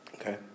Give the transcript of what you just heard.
Okay